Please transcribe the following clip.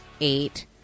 eight